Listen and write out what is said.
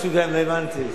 לא הבנתי.